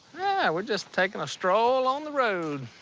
yeah we're just taking a stroll on the road.